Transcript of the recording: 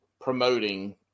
promoting